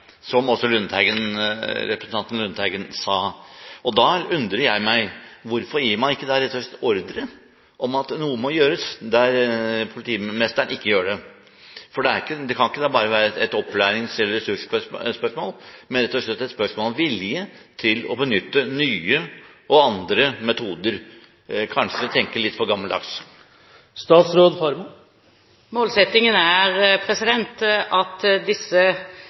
som også representanten Lundteigen sa. Da undrer jeg meg: Hvorfor gir man ikke da rett og slett ordre om at noe må gjøres der politimesteren ikke gjør det? Det kan ikke bare være et opplærings- eller ressursspørsmål, men rett og slett et spørsmål om vilje til å benytte nye og andre metoder. Kanskje man tenker litt for gammeldags. Målsettingen er at disse